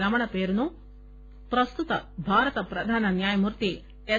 రమణ పేరును ప్రస్తుత భారత ప్రధాన న్యాయమూర్తి ఎస్